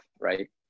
right